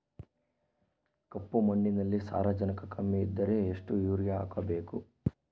ಕಪ್ಪು ಮಣ್ಣಿನಲ್ಲಿ ಸಾರಜನಕ ಕಮ್ಮಿ ಇದ್ದರೆ ಎಷ್ಟು ಯೂರಿಯಾ ಹಾಕಬೇಕು?